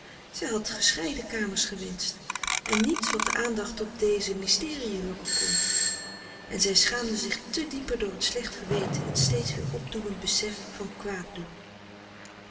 zij had gescheiden kamers gewenscht en niets wat de aandacht op deze frederik van eeden van de koele meren des doods mysteriën lokken kon en zij schaamde zich te dieper door t slecht geweten het steeds weer opdoemend besef van kwaaddoen